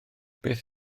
beth